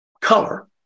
Color